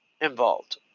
involved